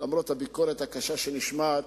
למרות הביקורת הקשה שנשמעת,